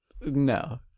No